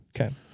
Okay